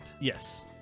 Yes